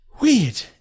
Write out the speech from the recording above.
Weird